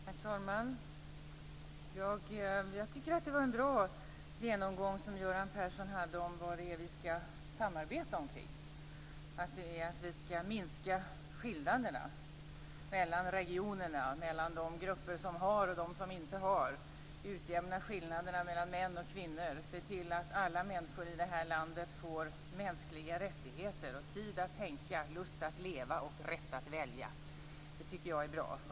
Herr talman! Jag tycker att det var en bra genomgång som Göran Persson hade av vad vi ska samarbeta omkring, dvs. minska skillnaderna mellan regionerna och mellan de grupper som har och de som inte har, utjämna skillnaderna mellan män och kvinnor, se till att alla människor i detta land får mänskliga rättigheter, tid att tänka, lust att leva och rätt att välja. Det är bra.